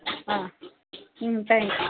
ஆ ம் தேங்க்ஸ்யு